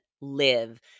live